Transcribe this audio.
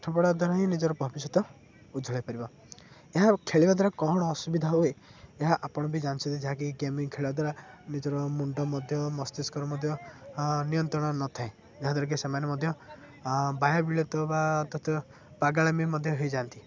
ପାଠ ପଢ଼ିବା ଦ୍ଵାରା ହିଁ ନିଜର ଭବିଷ୍ୟତ ଉଜ୍ଳଳ ହୋଇପାରିବ ଏହା ଖେଳିବା ଦ୍ୱାରା କ'ଣ ଅସୁବିଧା ହୁଏ ଏହା ଆପଣ ବି ଜାଣିଛନ୍ତି ଯାହାକି ଗେମିଂ ଖେଳିବା ଦ୍ୱାରା ନିଜର ମୁଣ୍ଡ ମଧ୍ୟ ମସ୍ତିସ୍କର ମଧ୍ୟ ନିୟନ୍ତ୍ରଣ ନଥାଏ ଯାହାଦ୍ୱାରା କି ସେମାନେ ମଧ୍ୟ ବା ପାଗାଳମୀ ମଧ୍ୟ ହୋଇଯାଆନ୍ତି